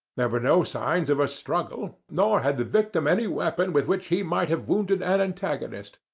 there were no signs of a struggle, nor had the victim any weapon with which he might have wounded an antagonist.